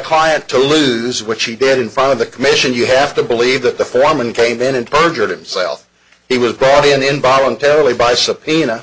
client to lose which he did in front of the commission you have to believe that the foreman came in and perjured himself he was brought in involuntary by subpoena